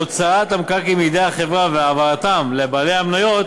הוצאת המקרקעין מידי החברה והעברתם לבעלי המניות